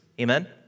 Amen